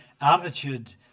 attitude